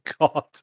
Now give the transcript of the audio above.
God